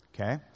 Okay